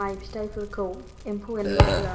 माइ फिथाइफोरखौ एम्फौ एनलाफोरा